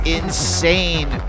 insane